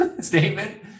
statement